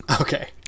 Okay